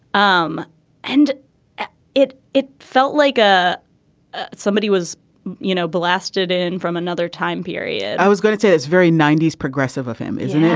um and it it felt like ah ah somebody was you know blasted in from another time period. i was going to say it's very ninety s progressive of him isn't it.